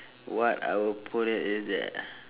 what I will put it is that